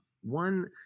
One